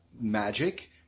magic